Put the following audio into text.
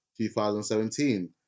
2017